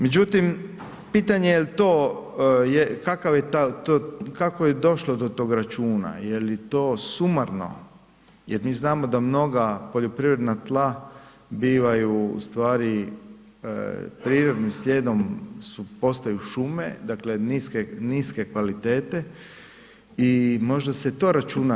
Međutim, pitanje jel to, kakav je, kako je došlo do tog računa je li to sumarno, jer mi znamo da mnoga poljoprivredna tla bivaju ustvari prirodnim slijedom postaju šume, dakle niske kvalitete i možda se to računa.